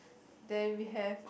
then we have